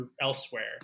elsewhere